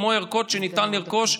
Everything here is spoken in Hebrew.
כמו ערכות שניתן לרכוש,